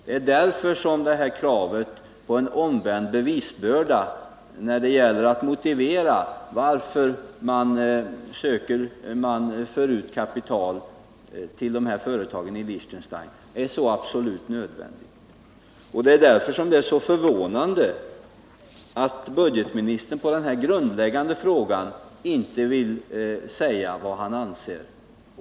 Det är detta som gör att kravet på omvänd bevisbörda när det gäller att motivera varför man för ut kapital till de här företagen i Liechtenstein är så absolut nödvändigt. Därför är det också förvånande att budgetministern inte vill säga vad han anser i den här grundläggande frågan.